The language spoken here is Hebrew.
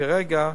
כרגע,